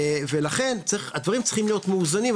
ולכן הדברים צריכים להיות מאוזנים,